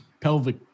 pelvic